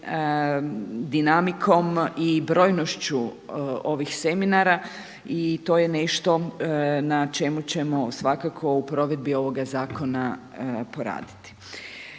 dinamikom i brojnošću ovih seminara i to je nešto na čemu ćemo svakako u provedbi ovoga zakona poraditi.